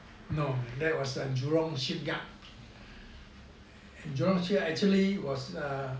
no that was jurong shipyard and jurong shipyard actually was err